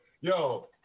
yo